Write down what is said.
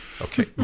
Okay